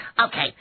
Okay